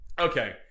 Okay